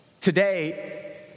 today